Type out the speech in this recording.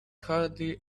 hardly